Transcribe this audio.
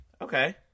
Okay